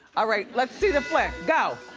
ah right, let's see the flick, go.